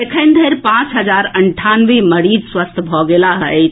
एखन धरि पांच हजार अंठानवे मरीज स्वस्थ भऽ गेलाह अछि